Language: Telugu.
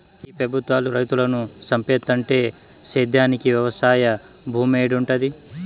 ఈ పెబుత్వాలు రైతులను సంపేత్తంటే సేద్యానికి వెవసాయ భూమేడుంటది